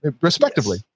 respectively